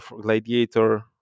Gladiator